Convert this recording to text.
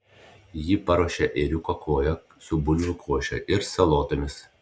ji paruošė ėriuko koją su bulvių koše ir salotomis